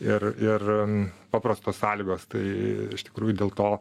ir ir paprastos sąlygos tai iš tikrųjų dėl to